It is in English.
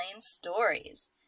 stories